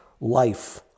life